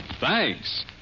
Thanks